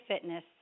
fitness